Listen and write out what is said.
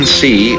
see